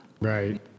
Right